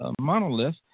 monolith